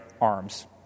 arms